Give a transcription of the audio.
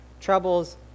troubles